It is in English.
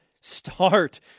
start